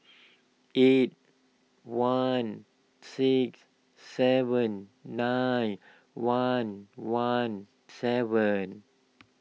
eight one six seven nine one one seven